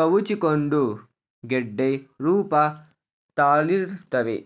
ಕವುಚಿಕೊಂಡು ಗೆಡ್ಡೆ ರೂಪ ತಾಳಿರ್ತವೆ